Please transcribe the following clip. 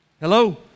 Hello